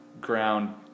ground